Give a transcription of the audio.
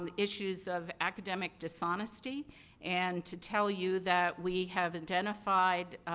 um issues of academic dishonesty and to tell you that we have identified